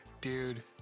Dude